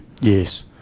Yes